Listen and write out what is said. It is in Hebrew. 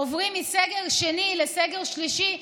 עוברים מסגר שני לסגר שלישי.